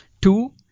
Two